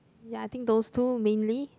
ya think those two mainly